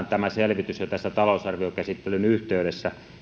tämä selvitys ympäristövaliokunnan käyttöön jo talousarviokäsittelyn yhteydessä